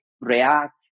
React